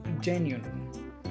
genuine